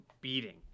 beating